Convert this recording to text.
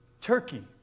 Turkey